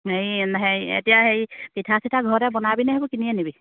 হে এতিয়া হেৰি পিঠা চিঠা ঘৰতে বনাবিনে সেইবোৰ কিনি আনিবি